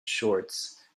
shorts